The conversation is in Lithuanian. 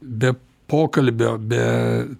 be pokalbio be